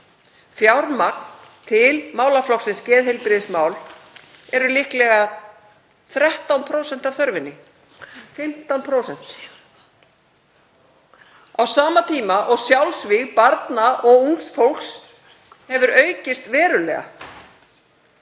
Fjármagn til málaflokksins geðheilbrigðismál er líklega 13% af þörfinni, 15%, á sama tíma og sjálfsvíg barna og ungs fólks hafa aukist verulega.